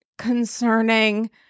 Concerning